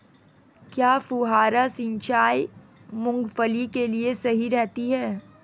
क्या फुहारा सिंचाई मूंगफली के लिए सही रहती है?